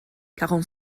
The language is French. quarante